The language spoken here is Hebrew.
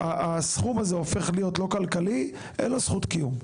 אותו להיות לא כלכלי, אין לו זכות קיום,